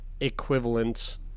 equivalent